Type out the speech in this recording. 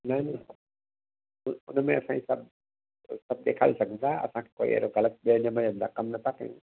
न न उन में असांजी सभु सभु ॾेखारे सघूं था असांखे अहिड़ो ग़लति इन में कम नथा कयूं